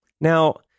Now